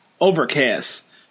Overcast